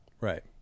right